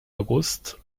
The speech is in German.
august